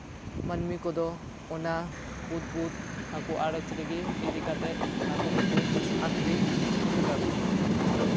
ᱢᱟᱹᱱᱢᱤ ᱠᱚᱫᱚ ᱚᱱᱟ ᱵᱩᱫᱽᱵᱩᱫᱽ ᱦᱟᱹᱠᱩ ᱟᱬᱚᱡᱽ ᱨᱮᱜᱮ ᱤᱫᱤ ᱠᱟᱛᱮᱫ ᱦᱟᱹᱠᱩ ᱫᱚᱠᱚ ᱟᱠᱷᱨᱤᱧ ᱦᱚᱴᱚ ᱠᱟᱠᱚᱣᱟ